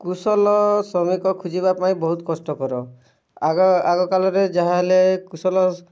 କୁଶଲ ଶ୍ରମିକ ଖୁଜିବା ପାଇଁ ବହୁତ କଷ୍ଟକର ଆଗ ଆଗ କାଲରେ ଯାହା ହେଲେ କୁଶଲ